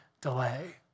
delay